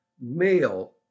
male